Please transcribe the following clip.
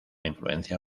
influencia